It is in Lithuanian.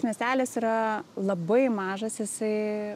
miestelis yra labai mažas jisai